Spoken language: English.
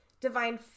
divine